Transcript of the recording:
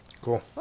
Cool